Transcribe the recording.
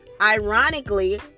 ironically